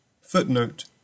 footnote